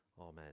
amen